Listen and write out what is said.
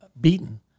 beaten